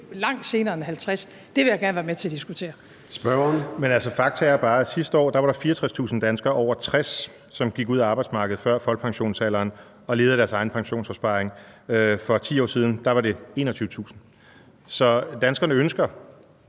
Gade): Spørgeren. Kl. 14:15 Morten Messerschmidt (DF): Men, altså, fakta er bare, at sidste år var der 64.000 danskere over 60 år, som gik ud af arbejdsmarkedet før folkepensionsalderen og levede af deres egen pensionsopsparing. For 10 år siden var det 21.000. Så danskerne ønsker